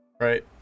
right